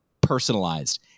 personalized